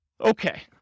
Okay